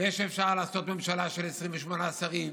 ושאפשר לעשות ממשלה של 28 שרים